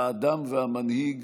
האדם והמנהיג,